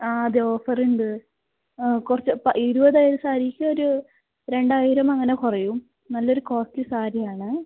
ആ അതെ ഓഫർ ഉണ്ട് ആ കുറച്ച് പ ഇരുപതായ സാരിക്കൊരു രണ്ടായിരം അങ്ങനെ കുറയും നല്ലൊരു കോസ്റ്റ്ലി സാരിയാണ്